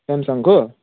स्याम्सङको